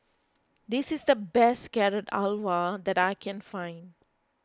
this is the best Carrot Halwa that I can find